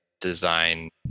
design